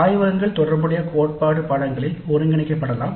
ஆய்வகங்கள் தொடர்புடைய கோட்பாடு பாடநெறிகளில் ஒருங்கிணைக்கப்படலாம்